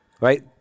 Right